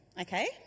Okay